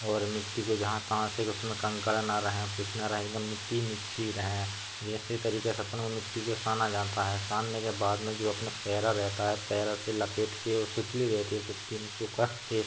और मिट्टी को जहाँ तहाँ से कि उसमें कंकड़ ना रहें कुछ ना रहे एक दम मिट्टी ही मिट्टी रहें जैसे तरीक़े से अपन वह मिट्टी को साना जाता है सानने के बाद में जो अपना पैरा रहता है पैरा से लपेटकर और सुतली रहती है सुतली में उसको कसकर